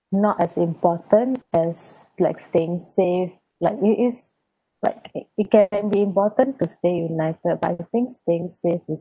not as important as like staying safe like it is like it can be important to stay united but I think staying safe is